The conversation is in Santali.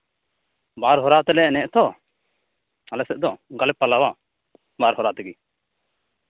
ᱵᱟᱨ ᱦᱚᱨᱟ ᱛᱮᱞᱮ ᱮᱱᱮᱡ ᱟᱛᱚ ᱟᱞᱮ ᱥᱮᱫ ᱫᱚ ᱚᱱᱠᱟ ᱞᱮ ᱯᱟᱞᱟᱣᱟ ᱵᱟᱨ ᱦᱚᱨᱟ ᱛᱮᱜᱮ